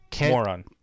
Moron